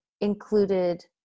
included